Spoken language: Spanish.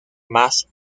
más